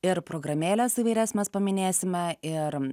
ir programėles įvairias mes paminėsime ir